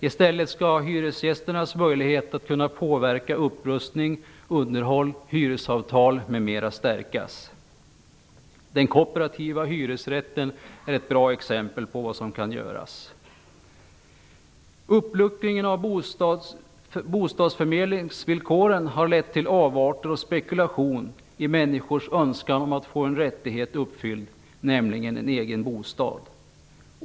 I stället skall hyresgästerna möjlighet att kunna påverka upprustning, underhåll, hyresavtal m.m. stärkas. Den kooperativa hyresrätten är ett bra exempel på vad som kan göras. Uppluckringen av bostadsförmedlingsvillkoren har lett till avarter och spekulation i människors önskan att få en rättighet uppfylld, nämligen en egen bostad.